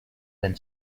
been